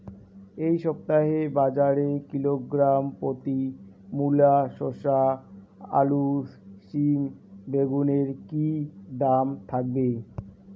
এই সপ্তাহে বাজারে কিলোগ্রাম প্রতি মূলা শসা আলু সিম বেগুনের কী দাম থাকবে?